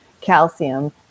calcium